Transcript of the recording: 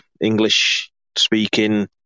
English-speaking